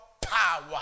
power